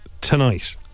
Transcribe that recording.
tonight